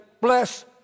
bless